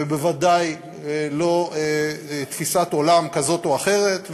ובוודאי לא תפיסת עולם כזאת או אחרת,